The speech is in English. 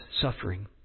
suffering